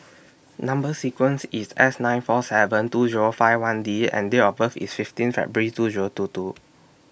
Number sequence IS S nine four seven two Zero five one D and Date of birth IS fifteen February two Zero two two